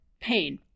pain